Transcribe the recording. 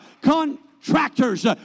contractors